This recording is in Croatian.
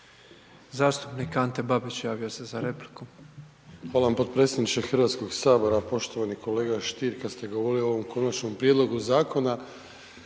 Zastupnik Ante Babić javio se za repliku.